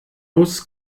muss